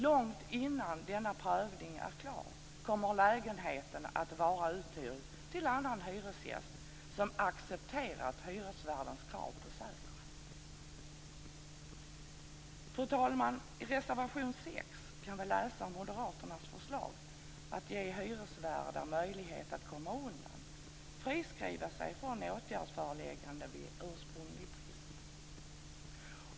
Långt innan denna prövning är klar kommer lägenheten att vara uthyrd till annan hyresgäst som accepterat hyresvärdens krav på säkerhet. Fru talman! I reservation nr 6 kan vi läsa om moderaternas förslag att ge hyresvärdar möjlighet att komma undan, friskriva sig från, åtgärdsföreläggande vid ursprunglig brist.